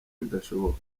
bidashoboka